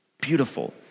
Beautiful